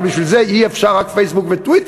אבל בשביל זה אי-אפשר רק פייסבוק וטוויטר.